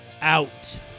out